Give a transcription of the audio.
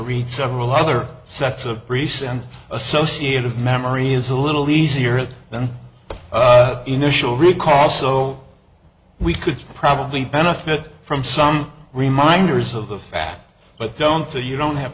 read several other sets of priests and associate of memory is a little easier than initial recall so we could probably benefit from some reminders of the fact but don't feel you don't have